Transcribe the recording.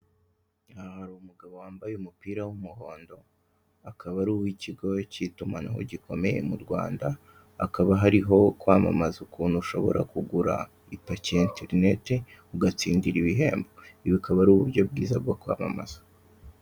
Aha hari umugabo wambaye umupira w'umuhondo akaba ari uw'ikigo cy'itumanaho gikomeye mu Rwanda akaba hariho uburyo bwo kwamamaza ukuntu ushobora kugura ipaki ya interineti, ubu akaba ari uburyo bwiza bwo kwamamaza.